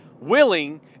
willing